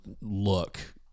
look